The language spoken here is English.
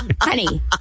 honey